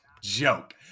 joke